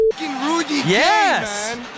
yes